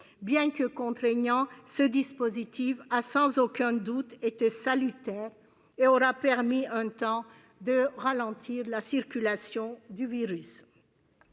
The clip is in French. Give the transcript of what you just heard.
Bien que contraignant, ce dispositif a sans aucun doute été salutaire et aura permis, un temps, de ralentir la circulation du virus.